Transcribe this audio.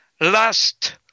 last